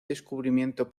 descubrimiento